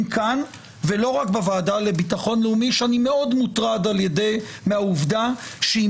כאן ולא רק בוועדה לביטחון לאומי שאני מאוד מוטרד מהעובדה שהיא